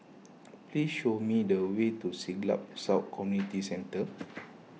please show me the way to Siglap South Community Centre